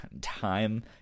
time